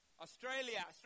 Australia